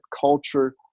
culture